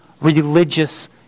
religious